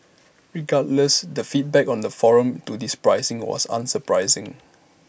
regardless the feedback on the forum to this pricing was unsurprising